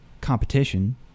competition